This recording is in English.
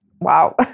wow